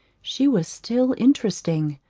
she was still interesting,